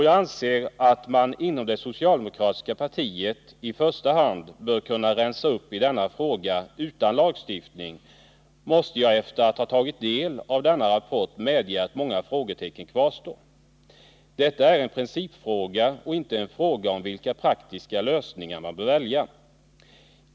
Jag anser att man inom det socialdemokratiska partiet bör kunna rensa upp i denna fråga utan lagstiftning, men jag måste, efter att ha tagit del av denna rapport, medge att många frågetecken kvarstår. Detta är en principfråga och inte en fråga om vilka praktiska lösningar man bör välja.